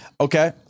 Okay